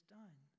done